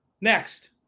Next